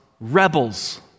rebels